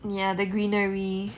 ya the greenery